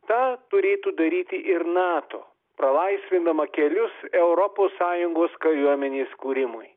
tą turėtų daryti ir nato pralaisvindama kelius europos sąjungos kariuomenės kūrimui